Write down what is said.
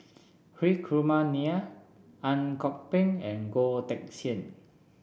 Hri Kumar Nair Ang Kok Peng and Goh Teck Sian